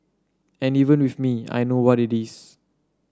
and even with me I know what it is